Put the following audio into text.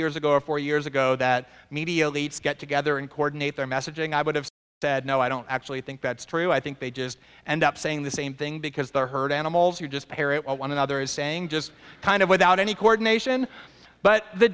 years ago or four years ago that media leads get together and coordinate their messaging i would have said no i don't actually think that's true i think they just and up saying the same thing because they're herd animals who just parrot what one another is saying just kind of without any coordination but the